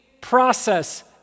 process